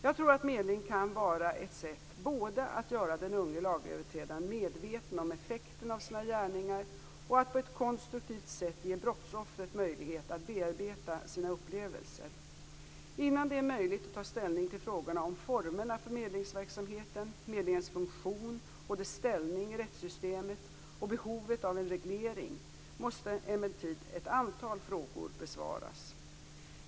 Jag tror att medling kan vara ett sätt både att göra den unge lagöverträdaren medveten om effekten av sina gärningar och att på ett konstruktivt sätt ge brottsoffret möjlighet att bearbeta sina upplevelser. Innan det är möjligt att ta ställning till frågorna om formerna för medlingsverksamheten, medlingens funktion och dess ställning i rättssystemet och behovet av en reglering måste emellertid ett antal frågor besvaras.